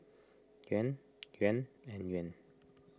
Yuan Yuan and Yuan